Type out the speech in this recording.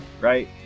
right